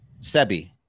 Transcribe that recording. Sebi